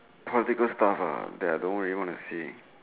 political staff that I don't really want to say